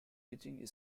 reaching